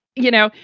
you know,